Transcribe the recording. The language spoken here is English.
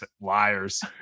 liars